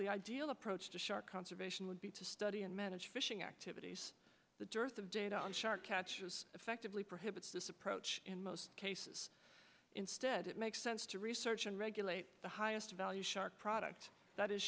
the ideal approach to shark conservation would be to study and manage fishing activities the dearth of data on shark catches effectively prohibits this approach in most cases instead it makes sense to research and regulate the highest value shark product that is